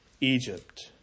Egypt